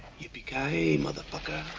yippee-ki-yay, motherfucker!